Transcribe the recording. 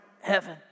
heaven